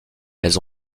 elles